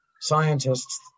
scientists